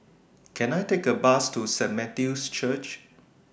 Can I Take A Bus to Saint Matthew's Church